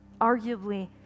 arguably